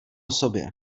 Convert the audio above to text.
sobě